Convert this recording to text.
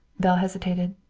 belle hesitated.